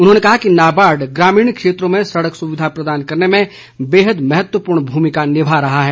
उन्होंने कहा कि नाबार्ड ग्रामीण क्षेत्रों मे सड़क सुविधा प्रदान करने में बेहद महत्वपूर्ण भूमिका निभा रहा है